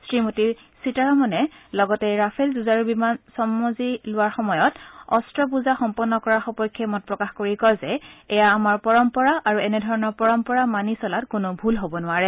শ্ৰীমতী সীতাৰমনে লগতে ৰাফেল যুঁজাৰু বিমান চমজি লোৱাৰ সময়ত অস্ত্ৰ পূজা সম্পন্ন কৰাৰ সপক্ষে মত প্ৰকাশ কৰি কয় যে এয়া আমাৰ পৰম্পৰা আৰু এনে ধৰণৰ পৰম্পৰা মানি চলাত কোনো ভুল হ'ব নোৱাৰে